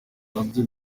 nabyo